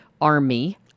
Army